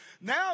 Now